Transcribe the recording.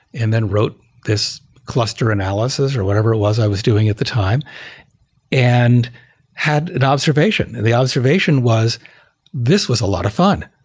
and then wrote this cluster analysis or whatever it was i was doing at the time and had an observation. and the observation was this was a lot of fun.